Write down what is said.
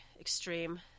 extreme